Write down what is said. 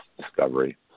discovery